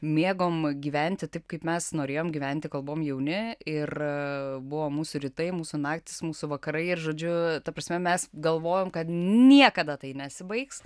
mėgom gyventi taip kaip mes norėjom gyventi kol buvome jauni ir buvo mūsų rytai mūsų naktys mūsų vakarai ir žodžiu ta prasme mes galvojom kad niekada tai nesibaigs